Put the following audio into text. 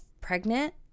pregnant